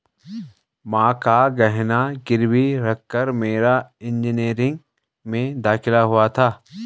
मां का गहना गिरवी रखकर मेरा इंजीनियरिंग में दाखिला हुआ था